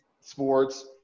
sports